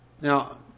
Now